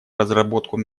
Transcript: разработку